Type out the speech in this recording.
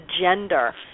gender